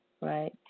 right